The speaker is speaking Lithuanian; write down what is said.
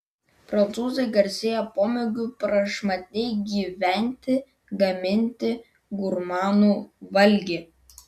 prancūzai garsėja pomėgiu prašmatniai gyventi gaminti gurmanų valgį